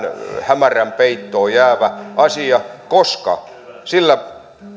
hämärän peittoon jäävä asia koska vastauksella